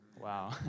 wow